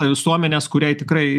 visuomenės kuriai tikrai